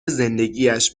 زندگیاش